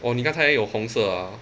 orh 你刚才有红色 ah